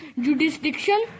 jurisdiction